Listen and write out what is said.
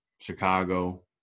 Chicago